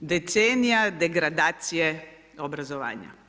decenija, degradacije obrazovanja.